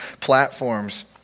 platforms